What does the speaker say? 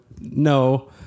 no